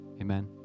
Amen